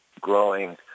growing